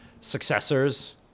successors